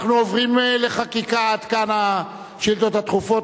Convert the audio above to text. עד כאן השאילתות הדחופות.